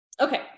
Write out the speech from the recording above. Okay